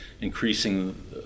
increasing